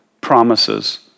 promises